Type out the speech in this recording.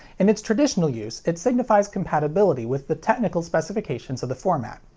in its traditional use, it signifies compatibility with the technical specifications of the format.